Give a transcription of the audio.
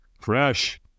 fresh